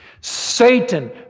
Satan